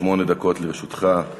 שמונה דקות לרשותך.